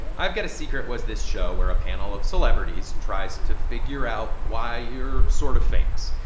i've got a secret was this show where a panel of celebrities and tries to figure out why you're sort of famous.